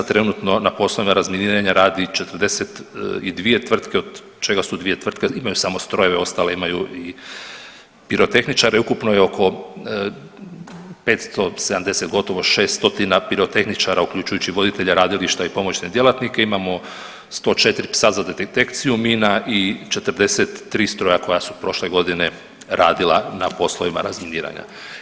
Trenutno na poslovima razminiranja radi 42 tvrtke od čega su 2 tvrtke imaju samo strojeve, ostale imaju i pirotehničare, ukupno je oko 570 gotovo 6 stotina pirotehničara uključujući i voditelja radilišta i pomoćne djelatnike, imamo 104 psa za detekciju mina i 43 stroja koja su prošle godine radila na poslovima razminiranja.